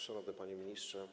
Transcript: Szanowny Panie Ministrze!